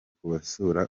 kubasura